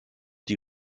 die